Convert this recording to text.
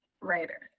writer